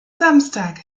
samstag